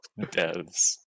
devs